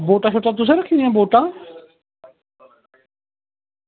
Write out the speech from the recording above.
बोटां शोटां तुसें रक्खी दियां भला बोटां